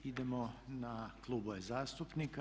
Idemo na klubove zastupnika.